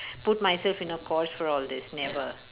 put myself in a course for all this never